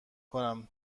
کنم